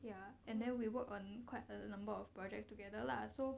ya and then we work on quite a number of project together lah so